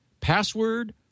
Password